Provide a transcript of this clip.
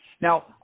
Now